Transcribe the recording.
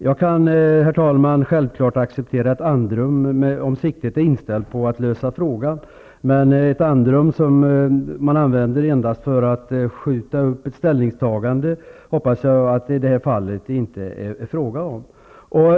Jag kan, herr talman, självfallet acceptera ett andrum, om siktet är inställt på att frågan skall lösas. Men jag hoppas att i det här fallet inte är fråga om ett andrum som utnyttjas endast för att skjuta upp ett ställningstagande.